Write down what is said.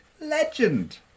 Legend